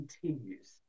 continues